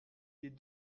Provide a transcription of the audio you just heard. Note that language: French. des